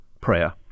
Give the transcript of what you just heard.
prayer